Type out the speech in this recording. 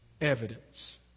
evidence